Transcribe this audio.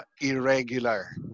irregular